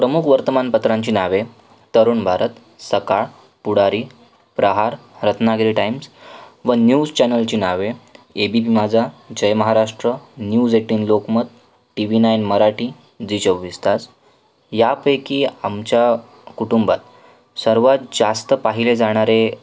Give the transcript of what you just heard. प्रमुख वर्तमानपत्रांची नावे तरुण भारत सकाळ पुढारी प्रहार रत्नागिरी टाइम्स व न्यूज चॅनलची नावे A B P Majha Jai Maharashtra news eighteen Lokmat T V nine Marathi Zee चोवीस तास यापैकी आमच्या कुटुंबात सर्वात जास्त पाहिले जाणारे